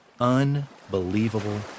unbelievable